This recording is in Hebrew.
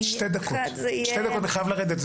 שתי דקות, אני חייב ללכת.